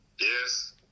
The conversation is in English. Yes